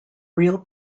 real